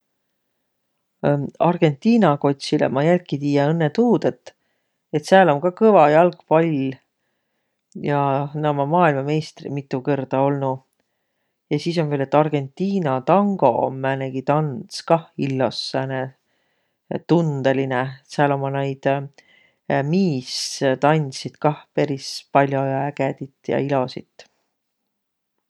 Argõntiina kotsilõ ma jälki tiiä õnnõ tuud, et sääl um ka kõva jalgpall. Ja nä ummaq maailmameisreq olnuq mittu kõrda olnuq! Ja sis om viil, et Argentiina tango om määnegi tands kah illos sääne tundõlinõ. Sääl ommaq naid miistandsjit kah peris pall'o ja ägedit ja ilosit.